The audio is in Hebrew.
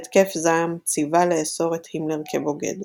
בהתקף זעם, ציווה לאסור את הימלר כבוגד.